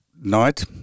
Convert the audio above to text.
night